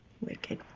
Wicked